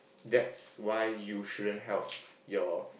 that's why you shouldn't help your